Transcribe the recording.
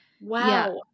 Wow